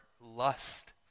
lust